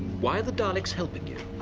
why are the daleks helping you?